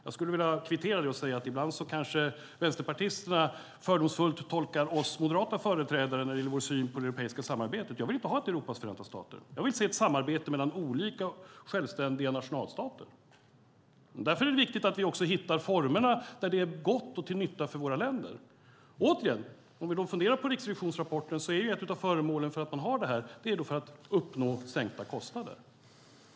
Jag skulle vilja kvittera det genom att säga att vänsterpartisterna ibland fördomsfullt tolkar oss moderata företrädare när det gäller vår syn på det europeiska samarbetet. Jag vill inte ha ett Europas förenta stater. Jag vill se ett samarbete mellan olika självständiga nationalstater. Därför är det viktigt att vi hittar de former som är goda och till nytta för våra länder. Om vi funderar på Riksrevisionens rapport är en av anledningarna till att man har detta samarbete att uppnå sänkta kostnader.